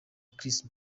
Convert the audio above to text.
chris